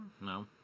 No